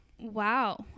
wow